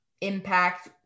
impact